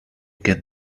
get